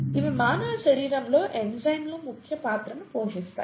ఇవి మానవ శరీరంలో ఎంజైమ్లు ముఖ్య పాత్రను పోషిస్తాయి